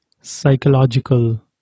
psychological